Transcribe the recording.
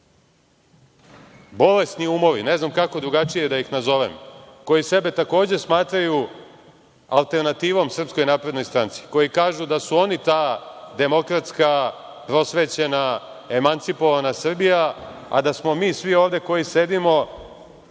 bolesni umovi, ne znam kako drugačije da ih nazovem, koji sebe takođe smatraju alternativom SNS, koji kažu da su oni ta demokratska prosvećena emancipovana Srbija, a da smo mi svi ovde koji sedimo